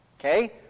Okay